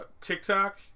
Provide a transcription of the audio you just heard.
TikTok